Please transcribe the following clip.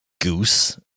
goose